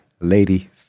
Lady